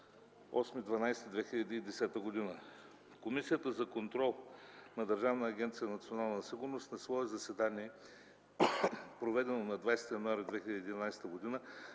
2010 г. Комисията за контрол на Държавна агенция „Национална сигурност” на свое заседание, проведено на 20 януари 2011 г.,